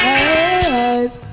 eyes